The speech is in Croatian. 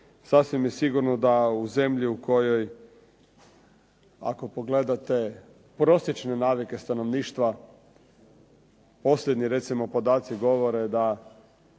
sasvim je sigurno da u zemlji u kojoj ako pogledate prosječne navike stanovništva, posljednji recimo podaci govore da